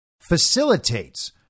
facilitates